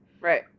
right